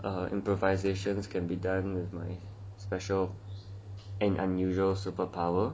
uh improvisations can be done with my special and unusual superpower